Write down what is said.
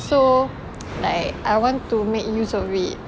so like I want to make use of it